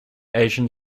asian